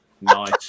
Nice